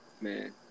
Man